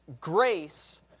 grace